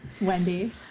Wendy